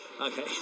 Okay